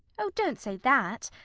oh, don't say that.